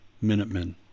Minutemen